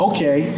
Okay